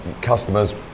customers